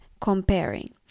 comparing